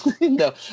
No